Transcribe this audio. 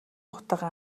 утга